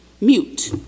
mute